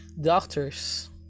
doctors